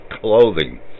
clothing